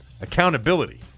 Accountability